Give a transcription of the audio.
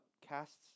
Casts